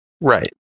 Right